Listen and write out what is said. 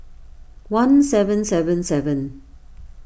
one seven seven seven